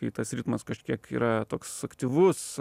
kai tas ritmas kažkiek yra toks aktyvus